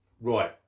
Right